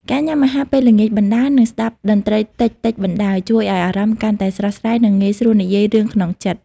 ការញ៉ាំអាហារពេលល្ងាចបណ្ដើរ និងស្ដាប់តន្ត្រីតិចៗបណ្ដើរ ជួយឱ្យអារម្មណ៍កាន់តែស្រស់ស្រាយ និងងាយស្រួលនិយាយរឿងក្នុងចិត្ត។